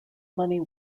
money